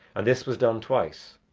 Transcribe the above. and this was done twice,